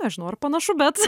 nežinau ar panašu bet